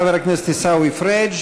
חבר הכנסת עיסאווי פריג',